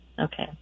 Okay